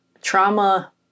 trauma